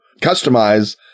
customize